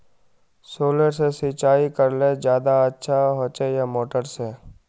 Solar से सिंचाई करले ज्यादा अच्छा होचे या मोटर से?